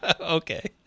Okay